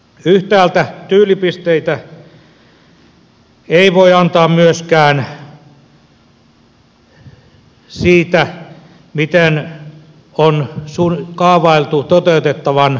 yhtäältä tyylipisteitä ei voi antaa myöskään siitä miten on kaavailtu toteutettavan muodostettavan kunnan kansanäänestys